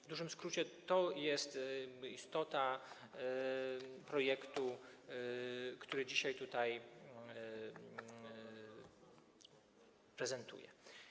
W dużym skrócie to jest istota projektu, który dzisiaj tutaj prezentuję.